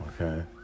Okay